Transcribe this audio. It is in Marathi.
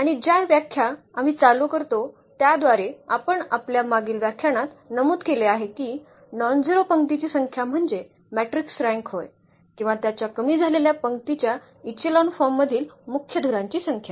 आणि ज्या व्याख्या आम्ही चालू करतो त्याद्वारे आपण आपल्या मागील व्याख्यानात नमूद केले आहे की नॉनझेरो पंक्तींची संख्या म्हणजे मॅट्रिक्सची रँक होय किंवा त्याच्या कमी झालेल्या पंक्तीच्या इचेलॉन फॉर्म मधील मुख्य धुराची संख्या